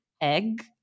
egg